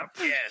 Yes